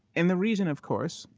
and the reason, of course,